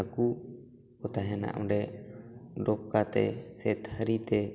ᱦᱟᱹᱠᱩ ᱠᱚ ᱛᱟᱦᱮᱱᱟ ᱚᱰᱮ ᱰᱚᱯᱠᱟ ᱛᱮ ᱥᱮ ᱛᱷᱟᱹᱨᱤ ᱛᱮ